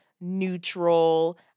neutral